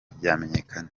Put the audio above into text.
byamenyekanye